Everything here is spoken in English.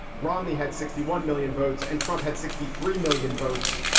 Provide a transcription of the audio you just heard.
romney had sixty one million votes and trump had sixty three million votes.